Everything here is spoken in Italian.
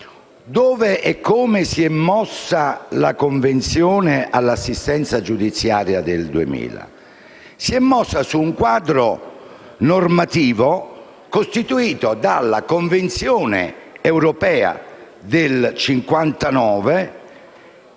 Dove e come si è mossa la Convenzione sull'assistenza giudiziaria del 2000? Si è mossa su un quadro normativo costituito dalla Convenzione europea del 1959,